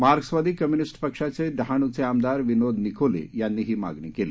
मार्क्सवादी कम्युनिस्ट पक्षाचे डहाणूचे आमदार विनोद निकोले यांनी ही मागणी केली